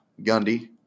Gundy